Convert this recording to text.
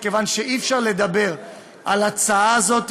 מכיוון שאי-אפשר לדבר על ההצעה הזאת